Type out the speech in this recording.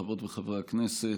חברות וחברי הכנסת,